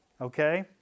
Okay